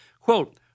Quote